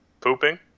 pooping